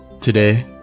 today